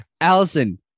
Allison